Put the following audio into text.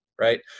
right